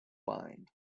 bind